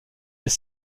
des